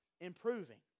improving